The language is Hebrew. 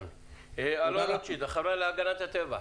אלון רוטשילד, החברה להגנת הטבע.